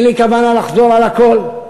ואין לי כוונה לחזור על הכול,